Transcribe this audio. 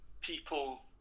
people